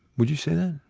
would you say that?